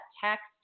text